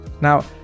now